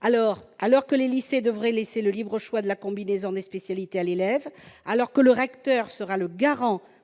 Alors que les lycées devraient laisser le libre choix de la combinaison des spécialités à l'élève, alors que le recteur sera le garant